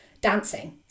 dancing